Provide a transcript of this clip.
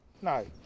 No